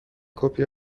کپی